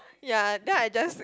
yea then I just